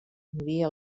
moria